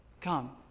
Come